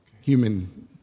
human